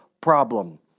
problem